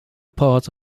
part